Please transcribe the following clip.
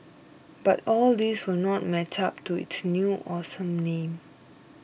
but all these will not match up to its new awesome name